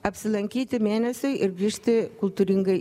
apsilankyti mėnesiui ir grįžti kultūringai